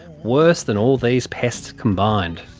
worse than all these pests combined.